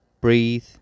breathe